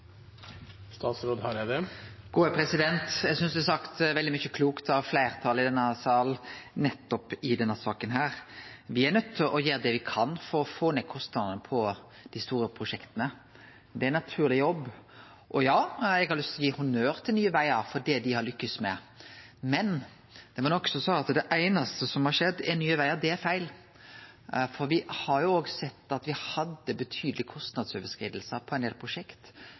sagt veldig mykje klokt av fleirtalet i denne salen i denne saka. Me er nøydde til å gjere det me kan for å få ned kostnadene på dei store prosjekta. Det er ein naturleg jobb. Og ja, eg har lyst til å gi honnør til Nye Vegar for det dei har lykkast med, men det var nokon som sa at det einaste som har skjedd, er Nye Vegar. Det er feil. Me hadde betydelege kostnadsoverskridingar på ein del prosjekt innanfor Statens vegvesen. Der har me sett ei betydeleg betring. Eg meiner at